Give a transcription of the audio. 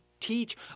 teach